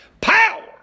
power